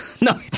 No